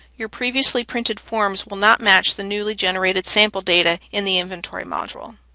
your previously printed forms will not match the newly generated sample data in the inventory module.